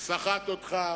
הוא סחט אותך